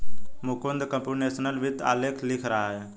Mukund computational वित्त पर आलेख लिख रहा है